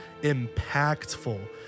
impactful